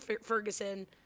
Ferguson